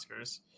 Oscars